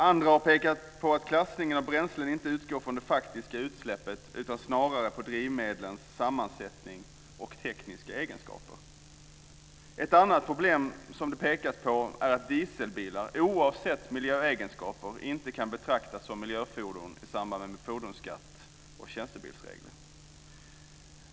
Andra har pekat på att klassningen av bränslen inte utgår från det faktiska utsläppet utan snarare från drivmedlens sammansättning och tekniska egenskaper. Ett annat problem som det pekas på är att dieselbilar, oavsett miljöegenskaper, inte kan betraktas som miljöfordon vad avser fordonsskatt och tjänstebilsregler.